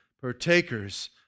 partakers